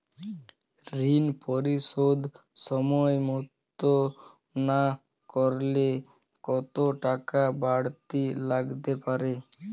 ঋন পরিশোধ সময় মতো না করলে কতো টাকা বারতি লাগতে পারে?